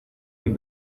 sin